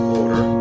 order